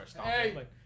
Hey